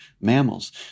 mammals